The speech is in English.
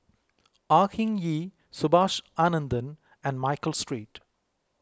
Au Hing Yee Subhas Anandan and Michael Street